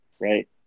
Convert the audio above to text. right